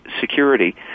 security